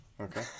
okay